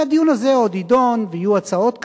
והדיון הזה עוד יידון, ויהיו הצעות כאן,